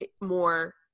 more